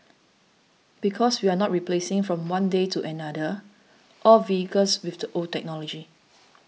because we are not replacing from one day to another all vehicles with the old technology